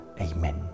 Amen